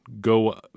go